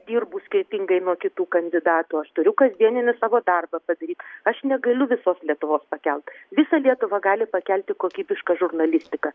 dirbu skirtingai nuo kitų kandidatų aš turiu kasdieninį savo darbą padaryt aš negaliu visos lietuvos pakelt visą lietuvą gali pakelt kokybiška žurnalistika